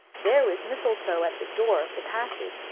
there was mistletoe at the door of the passage,